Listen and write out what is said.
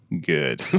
Good